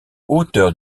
auteur